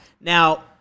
Now